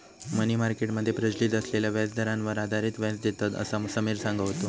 मनी market मध्ये प्रचलित असलेल्या व्याजदरांवर आधारित व्याज देतत, असा समिर सांगा होतो